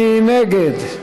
מי נגד?